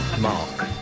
Mark